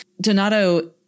Donato